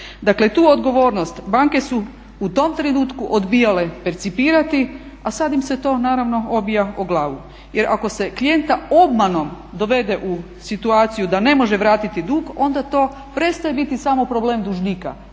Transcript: Dakle, tu odgovornost banke su u tom trenutku odbijale percipirati, a sad im se to naravno obija o glavu. Jer ako se klijenta obmanom dovede u situaciju da ne može vratiti dug onda to prestaje biti samo problem dužnika,